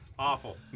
Awful